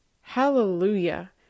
Hallelujah